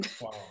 Wow